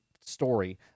story